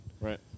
Right